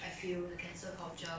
and I don't